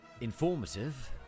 Informative